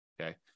Okay